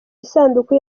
isanduku